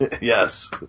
Yes